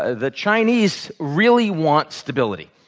ah the chinese really want stability.